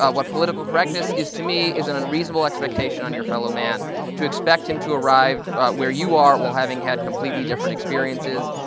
ah what political correctness is to me is an unreasonable expectation on your fellow man to expect him to arrive where you are, while having had completely different experiences.